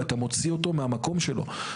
אתה מוציא אותו מהמקום שלו.